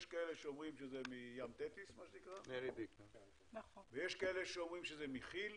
יש כאלה שאומרים שזה מים תטיס ויש כאלה שאומרים שזה מכי"ל